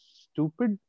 stupid